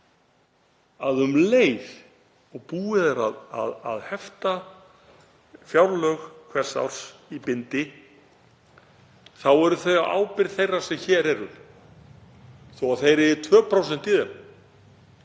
Um leið og búið er að hefta fjárlög hvers árs í bindi þá eru þau á ábyrgð þeirra sem hér eru þó að þeir eigi 2% í þeim.